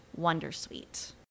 Wondersuite